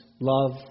love